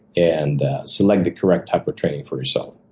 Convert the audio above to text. and select the correct type of training for yourself.